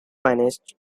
pianist